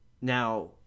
Now